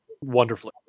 wonderfully